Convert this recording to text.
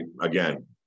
again